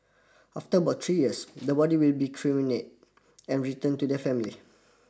after about three years the body will be and returned to the family